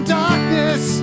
darkness